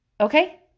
okay